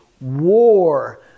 war